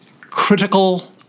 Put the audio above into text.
critical